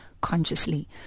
consciously